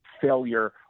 failure